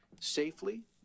Safely